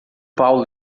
paulo